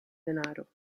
denaro